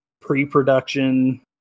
pre-production